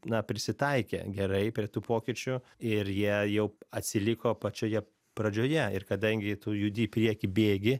na prisitaikę gerai prie tų pokyčių ir jie jau atsiliko pačioje pradžioje ir kadangi tu judi į priekį bėgi